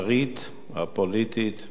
הפוליטית והחברתית